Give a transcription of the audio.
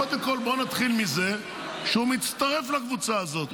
קודם כול בוא נתחיל מזה שהוא מצטרף לקבוצה הזאת.